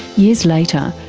years later,